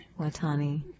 Watani